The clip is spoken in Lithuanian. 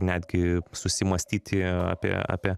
netgi susimąstyti apie apie